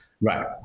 right